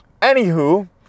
anywho